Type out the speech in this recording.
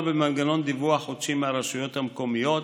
במנגנון דיווח חודשי מהרשויות המקומיות,